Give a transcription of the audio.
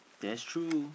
that's true